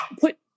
put